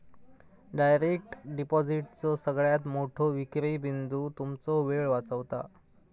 direct डिपॉजिटचो सगळ्यात मोठो विक्री बिंदू तुमचो वेळ वाचवता